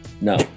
No